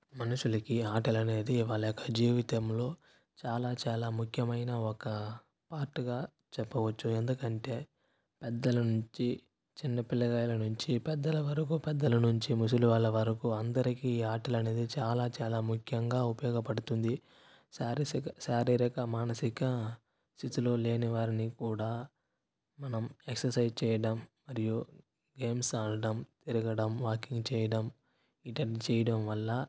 మనుషులకి ఆటలు అనేది వాళ్ళ యొక్క జీవితంలో చాలా చాలా ముఖ్యమైన ఒక పార్ట్గా చెప్పవచ్చు ఎందుకంటే పెద్దల నుంచి చిన్నపిల్లల నుంచి పెద్దల వరకు పెద్దల నుంచి ముసలి వాళ్ళ వరకు అందరికీ ఆటలు అనేది చాలా చాలా ముఖ్యంగా ఉపయోగపడుతుంది శారీసిక శారీరక మానసిక స్థితిలో లేని వారిని కూడా మనం ఎక్సర్సైజ్ చేయడం మరియు గేమ్స్ ఆడటం తిరగడం వాకింగ్ చేయడం వీటిని చేయడం వల్ల